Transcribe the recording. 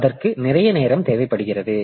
எனவே அதற்கு நிறைய நேரம் தேவைப்படுகிறது